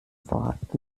wort